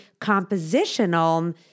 compositional